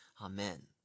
Amen